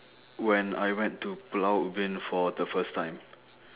when I went to pulau ubin for the first time